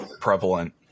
prevalent